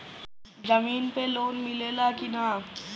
जमीन पे लोन मिले ला की ना?